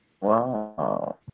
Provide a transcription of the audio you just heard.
Wow